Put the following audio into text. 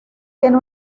tiene